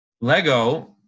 Lego